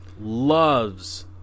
loves